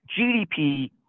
GDP